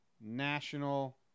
National